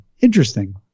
interesting